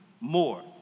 more